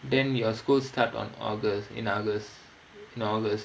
then your school start on august in august in august